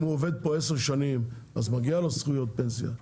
אם הוא עובד פה עשר שנים אז מגיע לו זכויות פנסיה,